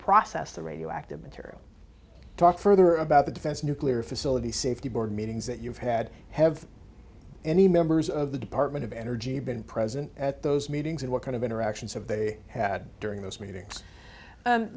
process the radioactive material talk further about the defense nuclear facilities safety board meetings that you've had have any members of the department of energy been present at those meetings and what kind of interactions of they had during this meeting